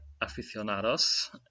aficionados